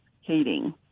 heating